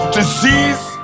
disease